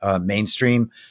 mainstream